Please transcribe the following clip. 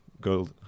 go